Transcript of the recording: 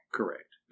Correct